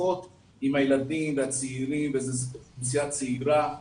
לפחות ילדים והצעירים זו אוכלוסייה צעירה,